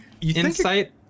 insight